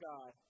God